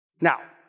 Now